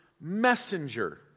messenger